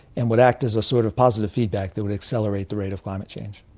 and would act as a sort of positive feedback that would accelerate the rate of climate change.